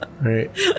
Right